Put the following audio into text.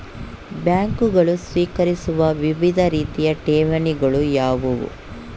ಬ್ಯಾಂಕುಗಳು ಸ್ವೀಕರಿಸುವ ವಿವಿಧ ರೀತಿಯ ಠೇವಣಿಗಳು ಯಾವುವು?